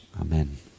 amen